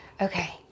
okay